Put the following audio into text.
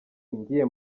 ngiye